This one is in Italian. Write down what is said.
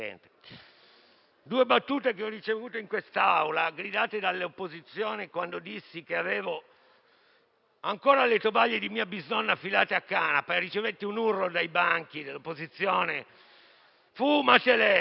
due battute che ho ricevuto in questa Aula, gridate dalle opposizioni. Quando dissi che avevo ancora le tovaglie della mia bisnonna filate a canapa, ricevetti un urlo dai banchi dell'opposizione: «fumatele!».